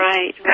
Right